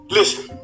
Listen